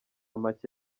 make